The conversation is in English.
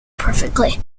perfectly